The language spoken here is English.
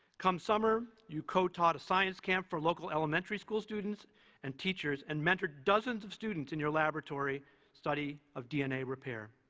come summer you co-taught a science camp for local elementary school students and teachers and mentored dozens of students in your laboratory's study of dna repair.